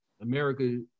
America